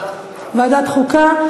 ועדת חוקה.